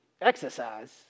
Exercise